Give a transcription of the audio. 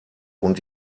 und